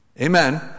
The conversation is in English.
Amen